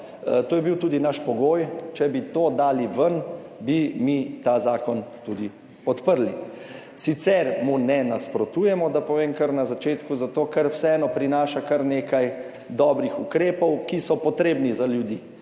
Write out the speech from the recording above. To je bil tudi naš pogoj, če bi to dali ven, bi mi ta zakon tudi podprli. Sicer mu ne nasprotujemo, da povem kar na začetku zato, ker vseeno prinaša kar nekaj dobrih ukrepov, ki so potrebni za ljudi.